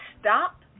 stop